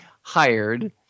hired